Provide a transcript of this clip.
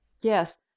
Yes